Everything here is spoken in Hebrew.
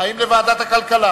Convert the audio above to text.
אחד נמנע.